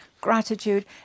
gratitude